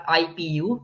ipu